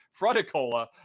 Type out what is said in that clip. fruticola